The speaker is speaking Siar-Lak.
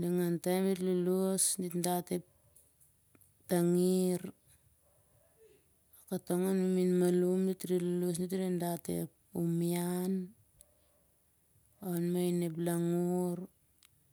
ningan taem met lolosh dit dat ep tangir katong an mimin malum met lolosh met dat ep umian an main ep langur